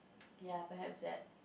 ya perhaps that